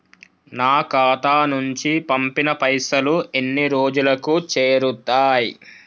నా ఖాతా నుంచి పంపిన పైసలు ఎన్ని రోజులకు చేరుతయ్?